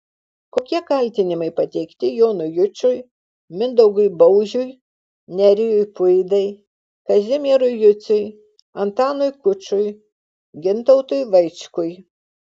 kokie kaltinimai pateikti jonui jučui mindaugui baužiui nerijui puidai kazimierui juciui antanui kučui gintautui vaičkui